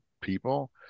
people